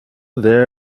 they